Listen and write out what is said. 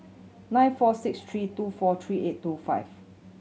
nine four six three two four three eight two five